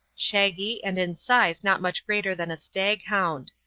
shaggy, and in size not much greater than a stag-hound.